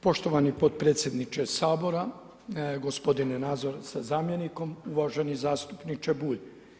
Poštovani potpredsjedniče Sabora, gospodine Nazor sa zamjenikom, uvaženi zastupniče Bulj.